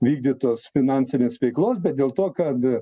vykdytos finansinės veiklos bet dėl to kad